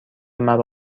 مرا